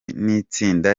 n’itsinda